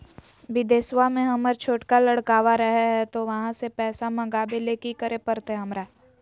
बिदेशवा में हमर छोटका लडकवा रहे हय तो वहाँ से पैसा मगाबे ले कि करे परते हमरा?